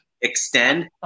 extend